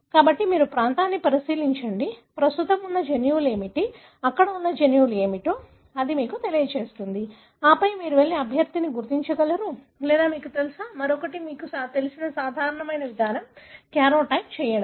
కాబట్టి మీరు ప్రాంతాన్ని పరిశీలించండి ప్రస్తుతం ఉన్న జన్యువులు ఏమిటి అక్కడ ఉన్న జన్యువులు ఏమిటో ఇది మీకు తెలియజేస్తుంది ఆపై మీరు వెళ్లి అభ్యర్థిని గుర్తించగలరు లేదా మీకు తెలుసా మరొకటి మీకు తెలిసిన సాధారణ విధానం కార్యోటైప్ చేయడమే